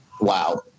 Wow